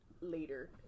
later